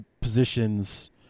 positions